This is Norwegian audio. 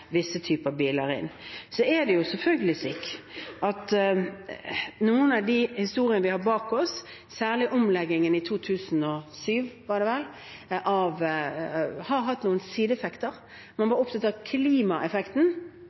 visse typer biler. Det er selvfølgelig slik at noen av de historiene vi har bak oss, særlig omleggingen i 2007, har hatt noen sideeffekter. Man var opptatt av klimaeffekten,